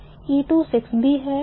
E2 6B है